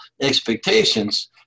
expectations